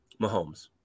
Mahomes